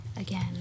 again